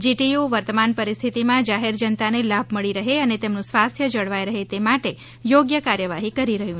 GTU વર્તમાન પરિસ્થિતિમાં જાહેર જનતાને લાભ મળી રહે અને તેમનું સ્વાસ્થ્ય જળવાય રહે તે બાબતે યોગ્ય કાર્યવાહી કરી રહ્યું છે